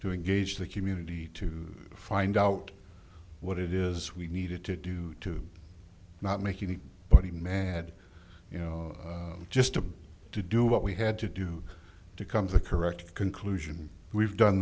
doing gauge the community to find out what it is we needed to do to not make any body mad you know just to to do what we had to do to come to the correct conclusion we've done